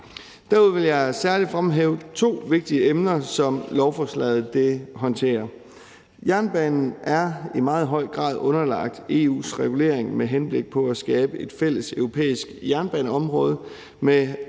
Derudover vil jeg særlig fremhæve to vigtige emner, som lovforslaget håndterer. Jernbanen er i meget høj grad underlagt EU's regulering med henblik på at skabe et fælles europæisk jernbaneområde med